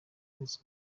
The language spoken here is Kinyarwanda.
ndetse